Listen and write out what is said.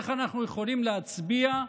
איך אנחנו יכולים להצביע,